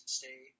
stay